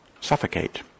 suffocate